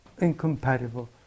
incompatible